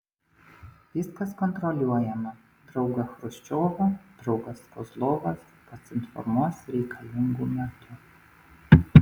viskas kontroliuojama draugą chruščiovą draugas kozlovas pats informuos reikalingu metu